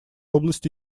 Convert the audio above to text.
области